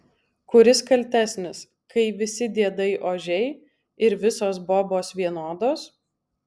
kuris kaltesnis kai visi diedai ožiai ir visos bobos vienodos